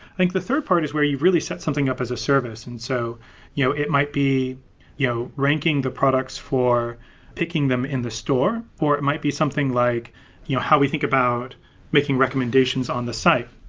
think the third part is where you really set something up as a service, and so you know it might be you know ranking the products for picking them in the store or it might be something like you know how we think about making recommendations on the site.